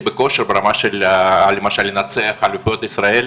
בכושר ברמה של לנצח אליפויות ישראל.